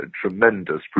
tremendous